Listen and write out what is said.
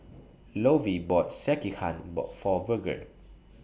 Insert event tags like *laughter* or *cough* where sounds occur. Lovie bought Sekihan *hesitation* For Virgel